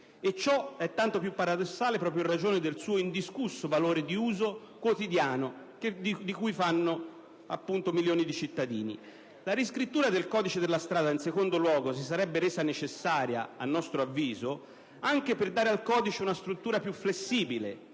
e ciò è tanto più paradossale proprio in ragione del suo indiscusso valore di uso quotidiano per milioni di cittadini. La riscrittura del codice della strada, in secondo luogo, si sarebbe resa necessaria, a nostro avviso, anche per dare al codice una struttura più flessibile,